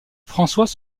françois